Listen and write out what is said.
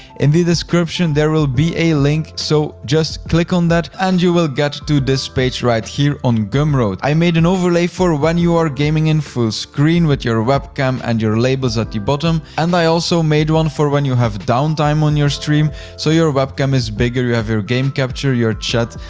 in the description, there will be a link, so just click on that and you will get to this page right here on gumroad. i made an overlay for when you are gaming in full screen with your webcam and your labels at the bottom and i also made one for when you have downtime on your stream, so your webcam is bigger. you have your game capture, your chat,